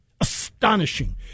Astonishing